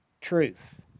truth